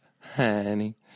Honey